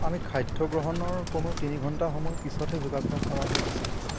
আমি খাদ্য গ্ৰহণৰ কমেও তিনি ঘণ্টা সময় পিছতহে যোগাভ্যাস কৰাটো উচিত